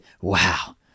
wow